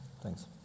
Thanks